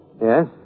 Yes